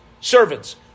servants